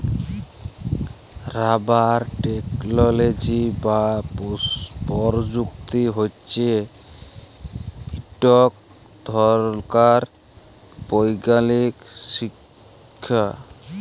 rubber technology বা পরযুক্তি হছে ইকট ধরলকার বৈগ্যালিক শিখ্খা